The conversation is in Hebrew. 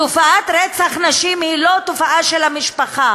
תופעת רצח נשים היא לא תופעה של המשפחה,